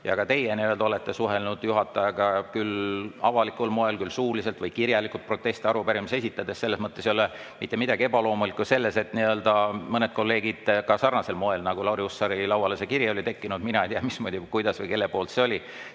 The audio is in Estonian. Ja ka teie olete suhelnud juhatajaga, küll avalikul moel, küll suuliselt või kirjalikult, proteste ja arupärimisi esitades. Selles mõttes ei ole mitte midagi ebaloomulikku selles, et mõned kolleegid ka sarnasel moel suhtlevad, nagu Lauri Hussari lauale see kiri oli tekkinud. Mina ei tea muidugi, kuidas ja kellelt see oli.